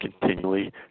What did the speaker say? continually